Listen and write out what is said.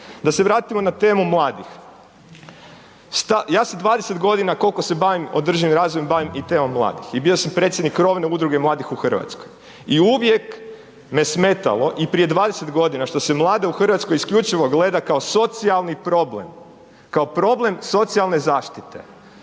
Da se vratimo na temu mladih. Ja sa 20 godina, koliko se bavim održivim razvojem bavim i temom mladih i bio sam predsjednik krovne udruge mladih u Hrvatskoj i uvijek me smetalo i prije 20 godina, što se mlade u Hrvatskoj isključivo gledao kao socijalni problem. Kao problem socijalne zaštite.